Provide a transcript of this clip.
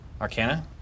Arcana